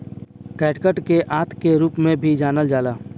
catgut के आंत के रूप में भी जानल जाला